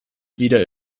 wieder